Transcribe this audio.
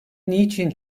niçin